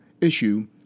issue